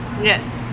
Yes